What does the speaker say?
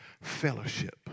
fellowship